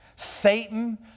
Satan